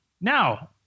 Now